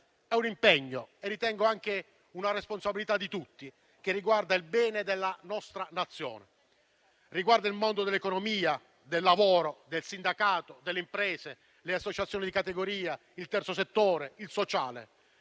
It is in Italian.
È un impegno e, ritengo, anche una responsabilità di tutti che riguarda il bene della nostra Nazione, il mondo dell'economia, del lavoro, del sindacato, delle imprese, delle associazioni di categoria, del terzo settore, del sociale.